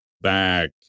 back